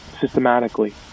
systematically